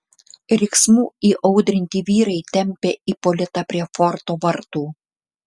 riksmų įaudrinti vyrai tempė ipolitą prie forto vartų